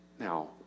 Now